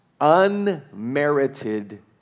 unmerited